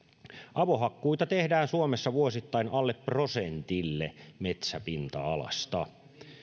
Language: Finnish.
avohakkuita tehdään suomessa vuosittain alle prosentille metsäpinta alasta